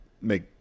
make